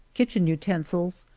kitchen utensils,